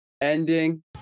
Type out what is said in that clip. ending